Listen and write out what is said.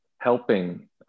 helping